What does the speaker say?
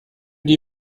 die